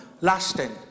lasting